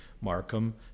Markham